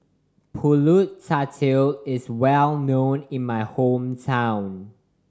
Pulut Tatal is well known in my hometown